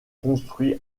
construits